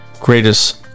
greatest